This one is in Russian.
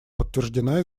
подтверждена